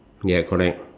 ya correct